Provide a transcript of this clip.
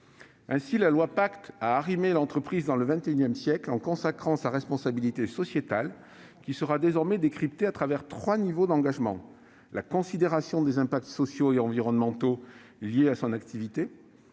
Ainsi, la loi Pacte a arrimé l'entreprise dans le XXI siècle en consacrant sa responsabilité sociétale, qui sera désormais décryptée à travers trois niveaux d'engagement : la considération des impacts sociaux et environnementaux liés à son activité